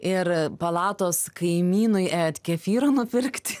ir palatos kaimynui ėjot kefyro nupirkt